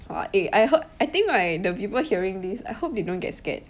!wah! eh I hope I think right the people hearing this I hope they don't get scared